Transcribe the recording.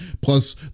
plus